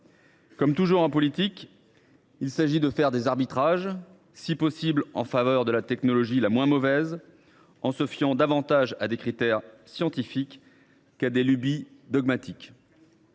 Comme toujours en politique, il s’agit de faire des arbitrages, si possible en faveur de la technologie la moins mauvaise, en se fiant davantage à des critères scientifiques qu’à des lubies dogmatiques.